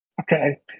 Okay